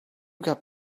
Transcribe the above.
got